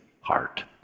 heart